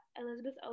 Elizabeth